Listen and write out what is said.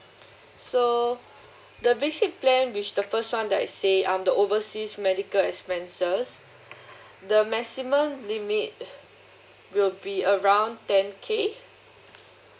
so the basic plan which the first one that I say um the overseas medical expenses the maximum limit will be around ten K